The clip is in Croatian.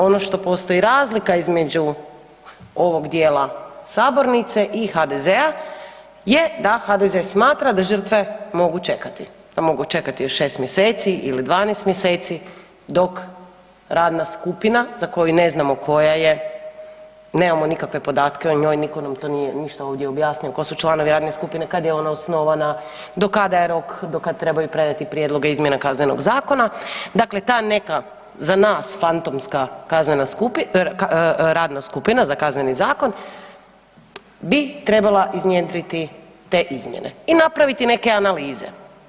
Ono što postoji razlika između ovog dijela sabornice i HDZ-a je da HDZ smatra da žrtve mogu čekati, da mogu čekati još šest mjeseci ili 12 mjeseci dok radna skupina za koju ne znamo koja je, nemamo nikakve podatke o njoj, nitko nam to nije ništa ovdje objasnio tko su članovi radne skupine, kada je ona osnovana, do kada je rok, do kada trebaju predati prijedloge izmjena Kaznenog zakona, dakle ta neka za nas fantomska radna skupina za Kazneni zakon bi trebala iznjedriti te izmjene i napraviti neke analize.